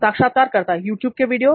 साक्षात्कारकर्ता यूट्यूब के वीडियो